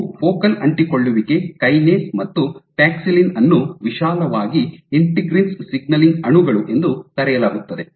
ಇವು ಫೋಕಲ್ ಅಂಟಿಕೊಳ್ಳುವಿಕೆ ಕೈನೇಸ್ ಮತ್ತು ಪ್ಯಾಕ್ಸಿಲಿನ್ ಅನ್ನು ವಿಶಾಲವಾಗಿ ಇಂಟಿಗ್ರಿನ್ಸ್ ಸಿಗ್ನಲಿಂಗ್ ಅಣುಗಳು ಎಂದು ಕರೆಯಲಾಗುತ್ತದೆ